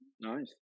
Nice